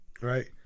right